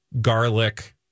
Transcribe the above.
garlic